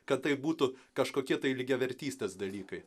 kad tai būtų kažkokie tai lygiavertystės dalykai